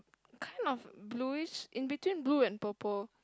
kind of bluish in between blue and purple